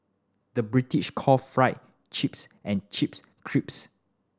the British call fry chips and chips crisps